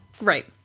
Right